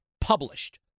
published